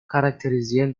charakterisieren